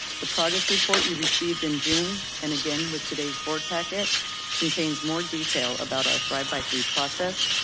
the progress report you received in june, and again with today's board packet contains more detail about our thrive by three process,